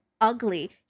ugly